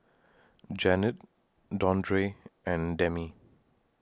Janet Dondre and Demi